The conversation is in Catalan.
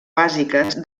bàsiques